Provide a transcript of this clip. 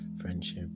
friendship